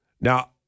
Now